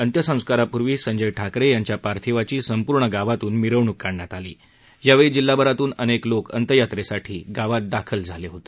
अंत्यसंस्कारापूर्वी संजय ठाकरे यांच्या पार्थिवाची संपूर्ण गावातून मिरवणूक काढण्यात आली या वेळी जिल्हाभरातून अनेक लोक अंत्ययात्रेसाठी गावात दाखल झाले होते